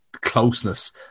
closeness